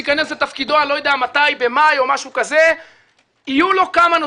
שאני לא יודע מתי ייכנס לתפקידו,